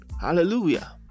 hallelujah